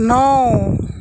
نو